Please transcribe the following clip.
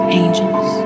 angels